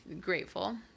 grateful